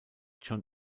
john